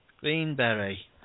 Greenberry